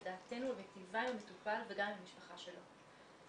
לדעתנו מיטיבה עם המטופל וגם עם המשפחה שלו.